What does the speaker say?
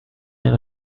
این